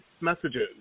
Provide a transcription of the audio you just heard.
messages